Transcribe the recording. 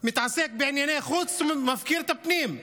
הוא מתעסק בענייני חוץ ומפקיר את הפנים,